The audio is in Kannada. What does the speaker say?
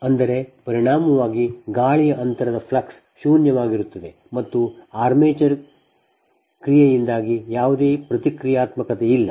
ಅಂದರೆ ಪರಿಣಾಮವಾಗಿ ಗಾಳಿಯ ಅಂತರದ ಫ್ಲಕ್ಸ್ ಶೂನ್ಯವಾಗಿರುತ್ತದೆ ಮತ್ತು ಆರ್ಮೇಚರ್ ಕ್ರಿಯೆಯಿಂದಾಗಿ ಯಾವುದೇ ಪ್ರತಿಕ್ರಿಯಾತ್ಮಕತೆಯಿಲ್ಲ